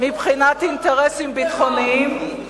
מבחינת אינטרסים ביטחוניים,